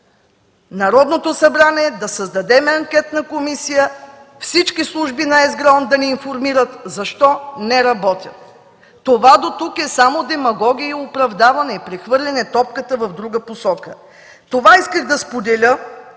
Народното събрание да създадем анкетна комисия и всички служби на ЕСГРАОН да ни информират защо не работят. Това дотук е само демагогия и оправдаване, прехвърляне на топката в друга посока. Това исках да споделя